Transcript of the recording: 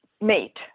Mate